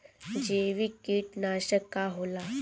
जैविक कीटनाशक का होला?